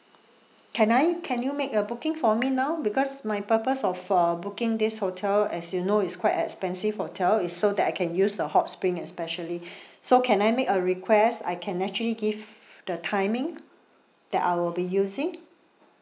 can I can you make a booking for me now because my purpose of uh booking this hotel as you know it's quite expensive hotel is so that I can use the hot spring especially so can I make a request I can actually give the timing that I will be using